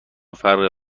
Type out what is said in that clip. فرق